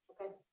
Okay